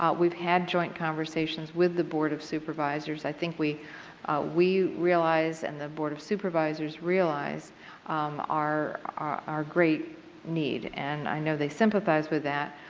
ah we've had joint conversations with the board of supervisors. i think we we realize and the board of supervisors realize our our great need and i know they sympathize with that.